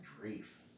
grief